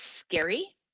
scary